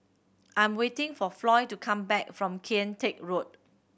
I'm waiting for Floy to come back from Kian Teck Road